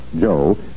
Joe